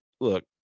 Look